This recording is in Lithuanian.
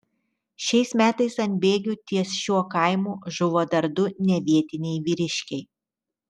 šiais metais ant bėgių ties šiuo kaimu žuvo dar du nevietiniai vyriškiai